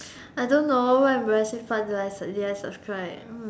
I don't know what embarrassing did I yes subscribe